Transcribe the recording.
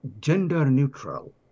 gender-neutral